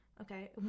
Okay